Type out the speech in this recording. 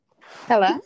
Hello